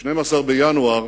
ב-12 בינואר